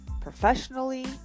professionally